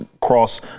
cross